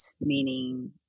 meaning